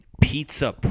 pizza